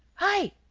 hi.